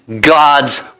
God's